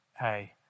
hey